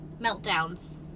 Meltdowns